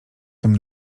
tym